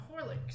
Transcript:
horlicks